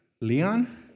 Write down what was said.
Leon